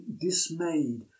dismayed